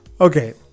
Okay